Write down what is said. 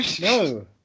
No